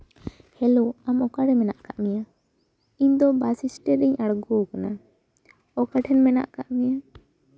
hello ᱟᱢ ᱚᱠᱟᱨᱮ ᱢᱮᱱᱟᱜ ᱟᱠᱟᱫ ᱢᱮᱭᱟ ᱤᱧᱫᱚ ᱵᱟᱥ ᱥᱴᱮᱱᱰ ᱨᱤᱧ ᱟᱬᱜᱳ ᱟᱠᱟᱱᱟ ᱚᱠᱟ ᱴᱷᱮᱱ ᱢᱮᱱᱟᱜ ᱟᱠᱟᱫ ᱢᱮᱭᱟ